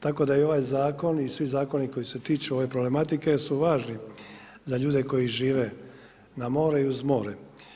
Tako da ovaj zakon i svi zakoni koji se tiču ove problematike su važni za ljude koji žive na moru i uz more.